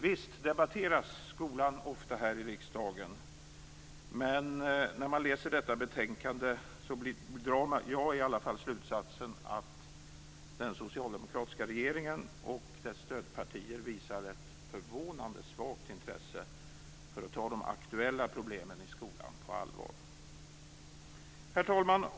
Visst debatteras skolan ofta här i riksdagen, men när jag läser detta betänkande drar i alla fall jag slutsatsen att den socialdemokratiska regeringen och dess stödpartier visar ett förvånande svagt intresse för att ta de aktuella problemen i skolan på allvar. Herr talman!